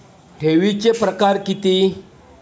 ठेवीचे प्रकार किती?